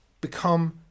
Become